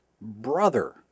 brother